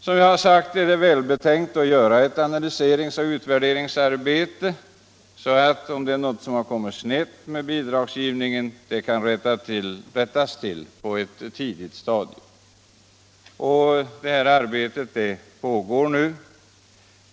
Som jag sagt är det välbetänkt att genomföra en analys och en utvärdering, så att rättelse kan göras på ett tidigt stadium, om det är någonting som råkat snett i bidragsgivningen. Det här arbetet pågår nu.